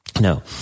No